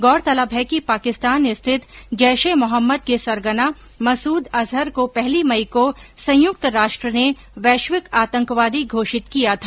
गौरतलब है कि पाकिस्तान स्थित जैश ए मोहम्मद के सरगना मसूद अजहर को पहली मई को संयुक्त राष्ट्र ने वैश्विक आतंकवादी घोषित किया था